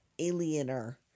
aliener